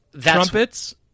Trumpets